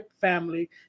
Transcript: family